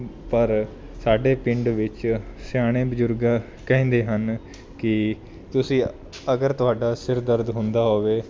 ਪਰ ਸਾਡੇ ਪਿੰਡ ਵਿੱਚ ਸਿਆਣੇ ਬਜ਼ੁਰਗ ਕਹਿੰਦੇ ਹਨ ਕਿ ਤੁਸੀਂ ਅਗਰ ਤੁਹਾਡਾ ਸਿਰ ਦਰਦ ਹੁੰਦਾ ਹੋਵੇ